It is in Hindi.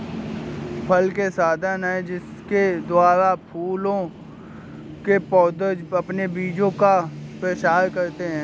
फल वे साधन हैं जिनके द्वारा फूलों के पौधे अपने बीजों का प्रसार करते हैं